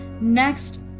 next